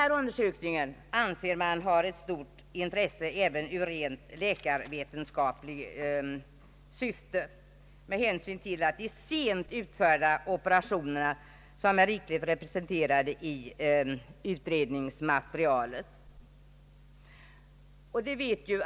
Man anser att denna undersökning har ett stort intresse även från rent läkarvetenskaplig synpunkt med hänsyn till att de sent utförda operationerna är rikligt representerade i utredningsmaterialet.